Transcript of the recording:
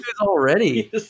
already